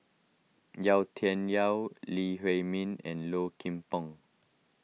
Yau Tian Yau Lee Huei Min and Low Kim Pong